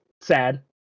sad